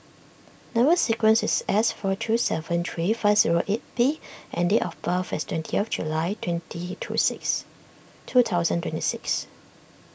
Number Sequence is S four two seven three five zero eight B and date of birth is twenty of July twenty two six two thousand twenty six